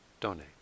donate